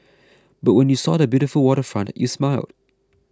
but when you saw the beautiful waterfront you smiled